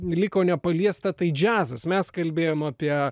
liko nepaliesta tai džiazas mes kalbėjom apie